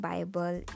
Bible